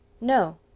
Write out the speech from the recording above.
No